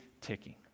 ticking